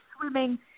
swimming